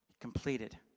completed